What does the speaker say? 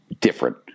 different